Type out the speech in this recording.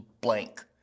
blank